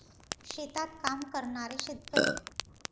शेतात काम करणारे शेतकरी